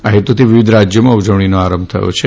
આ હેતુથી વિવિધ રાજ્યોમાં ઉજવણીનો આરંભ થયો છે